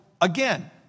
again